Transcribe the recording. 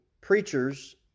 preachers